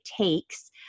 takes